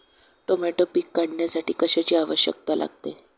Tomato पीक काढण्यासाठी कशाची आवश्यकता लागते?